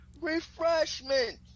Refreshment